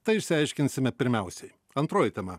tai išsiaiškinsime pirmiausiai antroji tema